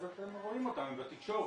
אז אתם רואים אותנו בתקשורת.